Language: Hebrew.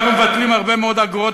אנחנו מבטלים הרבה מאוד אגרות,